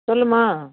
சொல்லும்மா